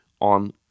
on